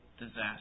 disaster